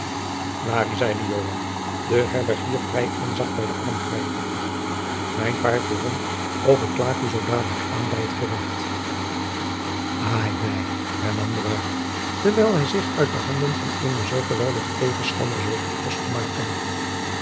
zeide joan den herbergier vrij onzacht bij den arm grijpende mijn paard weêrom of ik klaag u zoo dadelijk aan bij t gerecht ai mij hernam de waard terwijl hij zich uit de handen van eenen zoo geweldigen tegenstander zocht los te maken